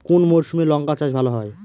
কোন মরশুমে লঙ্কা চাষ ভালো হয়?